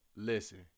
Listen